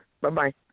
Bye-bye